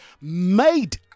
made